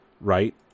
right